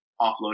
offload